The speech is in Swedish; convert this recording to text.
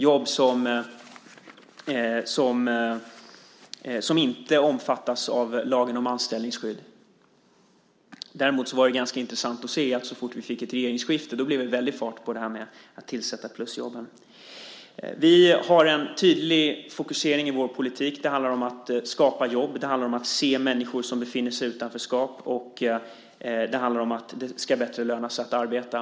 De är jobb som inte omfattas av lagen om anställningsskydd. Däremot var det intressant att se att så fort det blev ett regeringsskifte blev det väldig fart på att tillsätta plusjobb. Vi har en tydlig fokusering i vår politik. Det handlar om att skapa jobb. Det handlar om att se människor som befinner sig i utanförskap. Det handlar om att det ska löna sig bättre att arbeta.